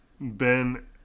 ben